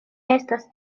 estas